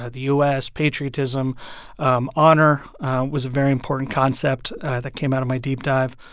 ah the u s, patriotism um honor was a very important concept that came out of my deep dive.